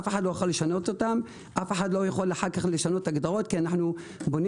אף אחד לא יכול לשנות אותם או לשנות הגדרות אחר כך כי אנו בונים